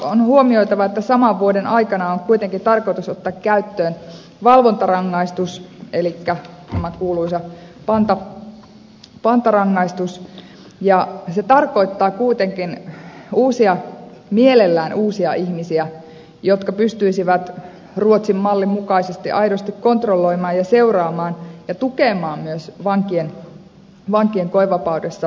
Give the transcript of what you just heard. on huomioitava että saman vuoden aikana on kuitenkin tarkoitus ottaa käyttöön valvontarangaistus elikkä tämä kuuluisa pantarangaistus ja se tarkoittaa kuitenkin mielellään uusia ihmisiä jotka pystyisivät ruotsin mallin mukaisesti aidosti kontrolloimaan ja seuraamaan ja tukemaan myös vankien koevapaudessa selviytymistä